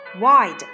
wide